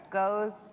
goes